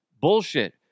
Bullshit